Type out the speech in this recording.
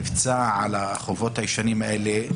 מבצע על החובות הישנים האלה?